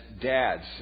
dads